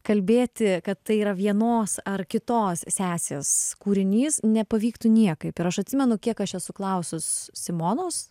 kalbėti kad tai yra vienos ar kitos sesės kūrinys nepavyktų niekaip ir aš atsimenu kiek aš esu klausus simonos